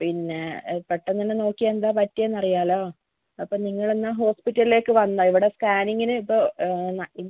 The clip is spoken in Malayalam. പിന്നെ പെട്ടെന്നുതന്നെ നോക്കിയാ എന്താണ് പറ്റിയതെന്ന് അറിയാമല്ലോ അപ്പം നിങ്ങൾ എന്നാൽ ഹോസ്പിറ്റലിലേക്ക് വന്നോ ഇവിടെ സ്കാനിംഗിന് ഇപ്പോൾ